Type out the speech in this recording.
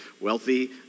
wealthy